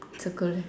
circle